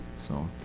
so,